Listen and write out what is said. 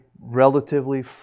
relatively